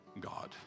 God